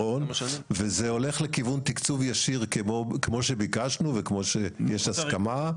וזה הולך לכיוון תקצוב ישיר כמו שביקשנו וכמו שיש הסכמה,